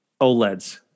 OLEDs